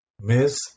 Miss